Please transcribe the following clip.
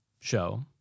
show